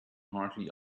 hardly